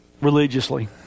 religiously